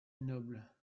noble